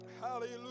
Hallelujah